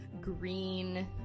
green